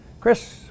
Chris